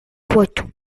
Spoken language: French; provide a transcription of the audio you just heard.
poitou